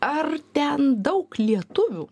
ar ten daug lietuvių